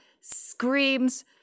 screams